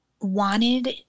wanted